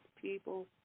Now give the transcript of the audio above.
people